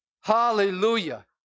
Hallelujah